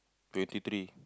twenty thirty